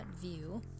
view